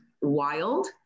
wild